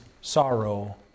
sorrow